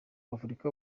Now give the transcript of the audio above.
w’afurika